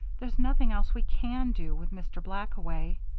there's nothing else we can do, with mr. black away.